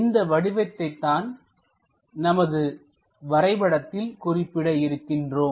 இந்த வடிவத்தைத் தான் நமது வரைபடத்தில் குறிப்பிட இருக்கின்றோம்